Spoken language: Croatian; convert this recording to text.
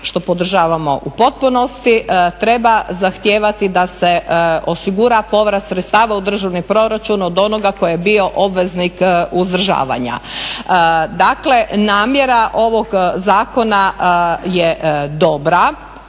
što podržavamo u potpunosti, treba zahtjevati da se osigura povrat sredstava u državni proračun od onoga tko je bio obveznik uzdržavanja. Dakle, namjera ovog zakona je dobra